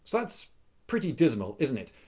that's pretty dismal, isn't it?